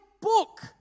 book